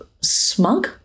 smug